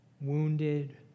wounded